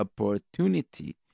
opportunity